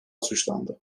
suçlandı